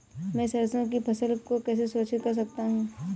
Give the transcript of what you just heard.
मैं सरसों की फसल को कैसे संरक्षित कर सकता हूँ?